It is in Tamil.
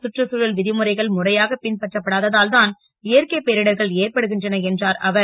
கற்றுச்சூழல் வி முறைகள் முறையாக பின்பற்றப்படாததால் தான் இயற்கை பேரிடர்கள் ஏற்படுகின்றன என்றார் அவர்